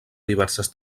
diverses